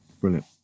Brilliant